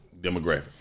demographic